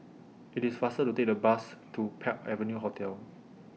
IT IS faster to Take The Bus to Park Avenue Hotel